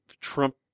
Trump